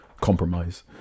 compromise